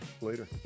later